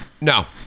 No